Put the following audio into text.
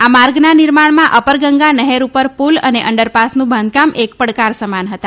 આ માર્ગના નિર્માણમાં અપરગંગા નહેર ઉપર પુલ અને અંડરપાસનું બાંધકામ એક પડકાર સમા હતા